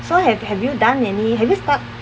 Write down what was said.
so have have you done any have you start